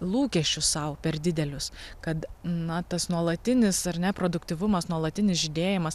lūkesčius sau per didelius kad na tas nuolatinis ar ne produktyvumas nuolatinis žydėjimas